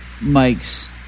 Mike's